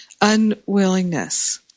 unwillingness